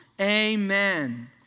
amen